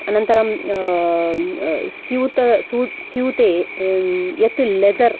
अनन्तरं स्यूत स् स्यूते यत् लेदर्